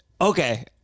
okay